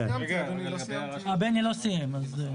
לא סיימתי.